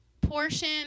portion